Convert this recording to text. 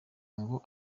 ngo